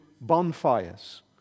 bonfires